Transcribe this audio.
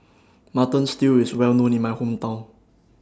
Mutton Stew IS Well known in My Hometown